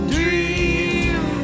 Dream